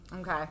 Okay